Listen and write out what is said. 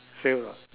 same lah